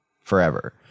forever